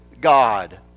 God